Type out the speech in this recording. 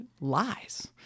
lies